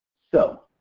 so,